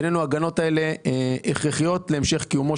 בעינינו ההגנות האלה הכרחיות להמשך קיומו